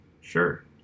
Sure